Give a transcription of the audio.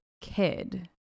kid